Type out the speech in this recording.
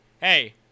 Hey